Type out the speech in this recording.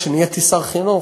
כשנהייתי שר החינוך,